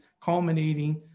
culminating